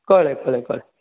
कळ्ळें कळ्ळें कळ्ळें